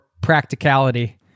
practicality